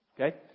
Okay